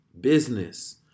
business